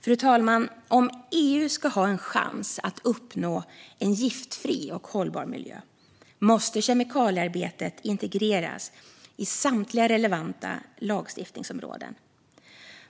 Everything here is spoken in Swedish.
Fru talman! Om EU ska ha en chans att uppnå en giftfri och hållbar miljö måste kemikaliearbetet integreras i samtliga relevanta lagstiftningsområden.